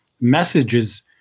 messages